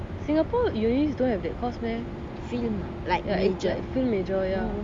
singapore u~ unis don't have that course meh film major ya